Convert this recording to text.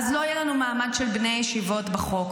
אז לא יהיה לנו מעמד של בני ישיבות בחוק,